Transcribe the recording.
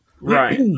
Right